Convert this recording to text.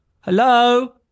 Hello